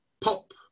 pop